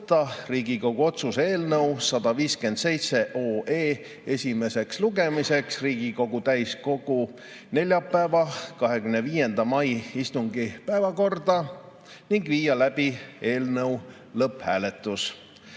Riigikogu otsuse eelnõu 157 esimeseks lugemiseks Riigikogu täiskogu neljapäeva, 25. mai istungi päevakorda ning viia läbi eelnõu lõpphääletus.